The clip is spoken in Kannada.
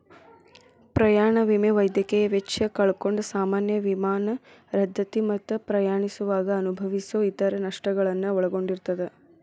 ಪ್ರಯಾಣ ವಿಮೆ ವೈದ್ಯಕೇಯ ವೆಚ್ಚ ಕಳ್ಕೊಂಡ್ ಸಾಮಾನ್ಯ ವಿಮಾನ ರದ್ದತಿ ಮತ್ತ ಪ್ರಯಾಣಿಸುವಾಗ ಅನುಭವಿಸೊ ಇತರ ನಷ್ಟಗಳನ್ನ ಒಳಗೊಂಡಿರ್ತದ